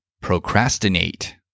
Procrastinate